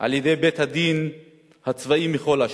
על-ידי בית-הדין הצבאי מכל אשמה.